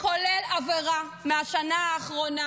כולל עבירה מהשנה האחרונה